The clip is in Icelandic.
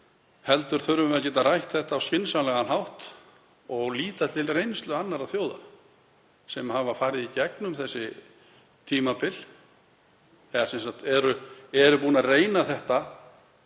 Við þurfum að geta rætt þetta á skynsamlegan hátt og líta til reynslu annarra þjóða sem hafa farið í gegnum þessi tímabil eða eru búnar að reyna þetta